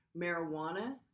marijuana